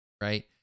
right